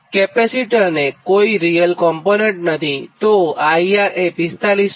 કેપેસિટરને કોઇ real component નથીતો IR એ 450010